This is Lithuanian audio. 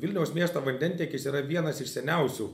vilniaus miesto vandentiekis yra vienas iš seniausių